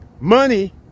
Money